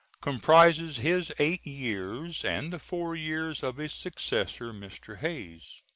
comprises his eight years and the four years of his successor, mr. hayes.